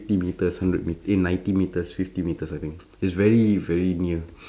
fifty metres hundred met~ eh ninety metres fifty metres it's very very near